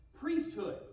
priesthood